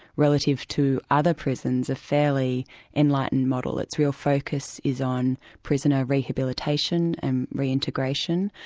relative to other prisons, a fairly enlightened model. its real focus is on prisoner rehabilitation, and reintegration,